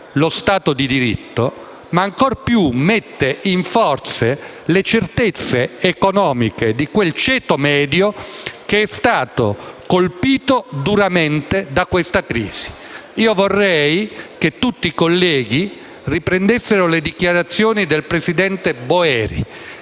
lo stato di diritto, ma ancor più mette in forse le certezze economiche di quel ceto medio che è stato colpito duramente dalla crisi. Vorrei che tutti i colleghi riprendessero le dichiarazioni del presidente Boeri